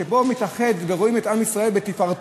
שבו העם מתאחד ובו רואים את עם ישראל בתפארתו,